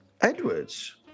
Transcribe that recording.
Edwards